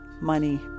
money